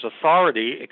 authority